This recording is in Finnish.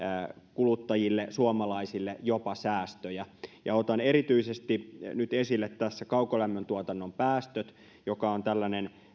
kuluttajille suomalaisille jopa säästöjä ja otan erityisesti nyt esille tässä kaukolämmöntuotannon päästöt joka on tällainen